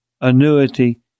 annuity